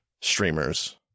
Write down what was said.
streamers